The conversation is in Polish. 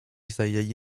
zajęli